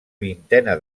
vintena